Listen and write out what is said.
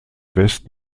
west